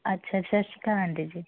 ਅੱਛਾ ਸ਼ਾਸ਼ੀਕਾਲ ਆਂਟੀ ਜੀ